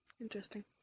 Interesting